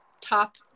top